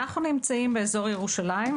אנחנו נמצאים באזור ירושלים,